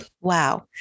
Wow